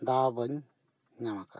ᱫᱟᱣ ᱵᱟᱹᱧ ᱧᱟᱢ ᱟᱠᱟᱫᱟ